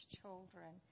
children